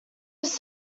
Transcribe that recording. his